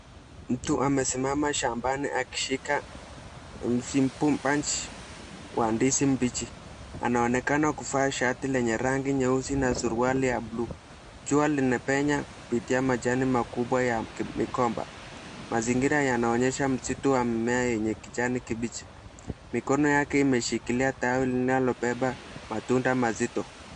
Mtu amesimama shambani akishika bunch wa ndizi mbichi. Anaonekana kuvaa shati la rangi nyeusi na suruali ya buluu. Jua limepenya kupitia majani makubwa ya mgomba. Mazingira yanaonesha msitu wa mmea ya kijani kibichi. Mikono yake imeshikilia tawi linalobeba matunda mazito.